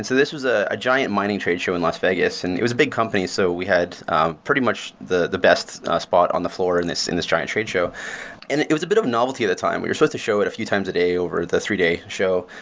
so this was a a giant mining tradeshow in las vegas. and it was a big company, so we had pretty much the the best spot on the floor and in this giant tradeshow and it it was a bit of novelty at the time. we're supposed to show it a few times a day over the three day show,